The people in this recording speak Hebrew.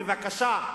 בבקשה,